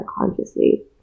consciously